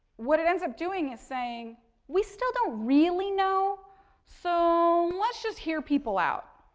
what it ends up doing is saying we still don't really know so let's just hear people out.